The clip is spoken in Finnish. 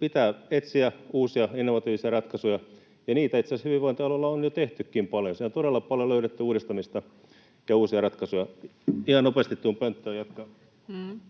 pitää etsiä uusia, innovatiivisia ratkaisuja, ja niitä itse asiassa hyvinvointialueilla on jo tehtykin paljon. Siellä on todella paljon löydetty uudistamista ja uusia ratkaisuja. — Ihan nopeasti tulen pönttöön jatkamaan.